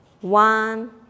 One